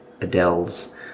Adele's